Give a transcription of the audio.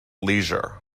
leisure